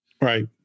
Right